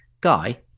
Guy